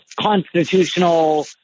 constitutional